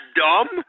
dumb